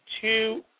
two